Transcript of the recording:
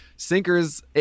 Sinkers